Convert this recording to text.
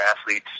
athletes